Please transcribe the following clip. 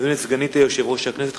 סגנית יושב-ראש הכנסת,